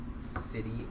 city